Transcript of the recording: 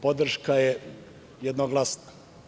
Podrška je jednoglasna.